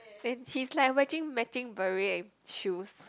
and he's like watching matching beret and shoes